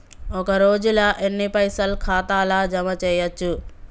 ఒక రోజుల ఎన్ని పైసల్ ఖాతా ల జమ చేయచ్చు?